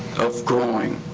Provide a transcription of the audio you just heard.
of growing,